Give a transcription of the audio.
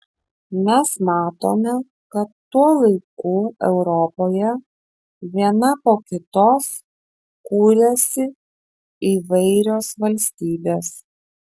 mes matome kad tuo laiku europoje viena po kitos kuriasi įvairios valstybės